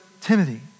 Timothy